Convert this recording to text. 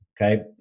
Okay